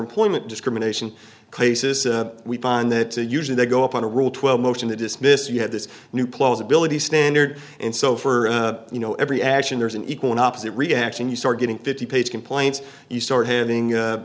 employment discrimination cases we find that usually they go up on a rule twelve motion to dismiss you have this new plausibility standard and so for you know every action there's an equal and opposite reaction you start getting fifty page complaints you start having